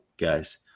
guys